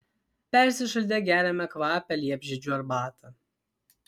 persišaldę geriame kvapią liepžiedžių arbatą